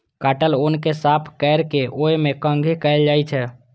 काटल ऊन कें साफ कैर के ओय मे कंघी कैल जाइ छै